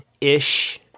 ish